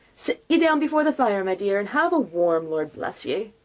sit ye down before the fire, my dear, and have a warm, lord bless ye!